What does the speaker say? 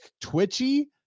twitchy